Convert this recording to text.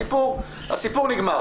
הסיפור נגמר.